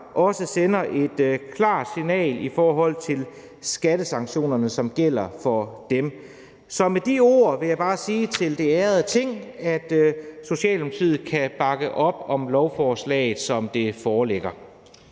også sender et klart signal om de skattesanktioner, som gælder for dem. Så med de ord vil jeg bare sige til det ærede Ting, at Socialdemokratiet kan bakke op om lovforslaget, som det foreligger.